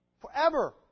forever